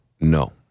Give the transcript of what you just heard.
no